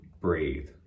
breathe